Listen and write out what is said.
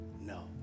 no